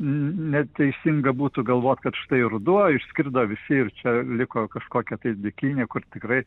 neteisinga būtų galvoti kad štai ruduo išskrido visi ir čia liko kažkokia tai dykynė kur tikrai